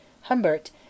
humbert